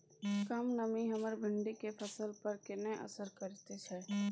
कम नमी हमर भिंडी के फसल पर केहन असर करिये सकेत छै?